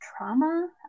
trauma